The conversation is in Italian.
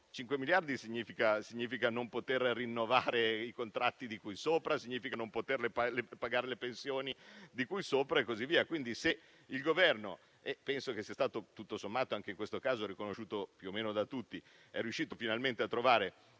5 miliardi significa non poter rinnovare i contratti di cui sopra, significa non poter pagare le pensioni di cui sopra e così via. Quindi, se il Governo - penso sia stato riconosciuto più o meno da tutti - è riuscito finalmente a trovare